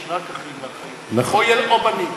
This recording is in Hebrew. יש רק אחים ואחיות או בנים,